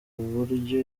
buryo